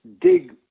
dig